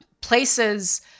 places